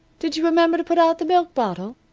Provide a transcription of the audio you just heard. did you remember to put out the milk bottle?